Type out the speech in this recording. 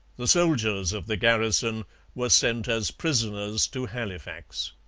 the soldiers of the garrison were sent as prisoners to halifax.